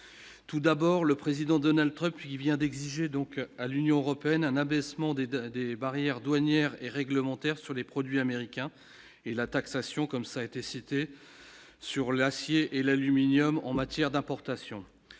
tout d'abord le président Donald Trump il vient d'exiger donc à l'Union européenne un abaissement des de des barrières douanières et réglementaires sur les produits américains et la taxation comme ça a été cité sur l'acier et l'aluminium en matière d'importation,